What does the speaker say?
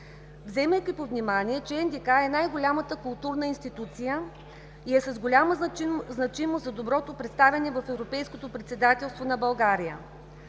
Вземайки под внимание, че НДК е най-голямата културна институция и е с голяма значимост за доброто представяне в европейското председателство на България,